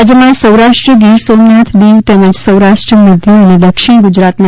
રાજ્યમાં સૌરાષ્ટ્રના ગીર સોમનાથ દીવ તેમજ સૌરાષ્ટ્ર મધ્ય અને દક્ષિણ ગુજરાતના